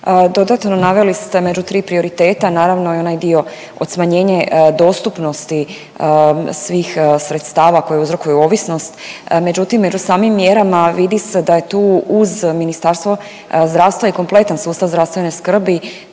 Dodatno naveli ste među tri prioriteta naravno i onaj dio odsmanjenje dostupnosti svih sredstava koje uzrokuju ovisnost, međutim među samim mjerama vidi se da je tu uz Ministarstvo zdravstva i kompletan sustav zdravstvene skrbi